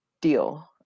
deal